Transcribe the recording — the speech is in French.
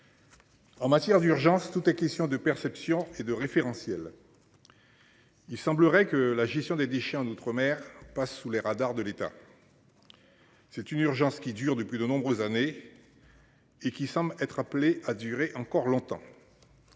En matière d'urgence, tout est question de perception et de référentiel. Il semblerait que la gestion des déchets en outre-mer mer passe sous les radars de l'État. C'est une urgence qui dure depuis de nombreuses années. Et qui semble être appelée à durer encore longtemps.